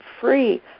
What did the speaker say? free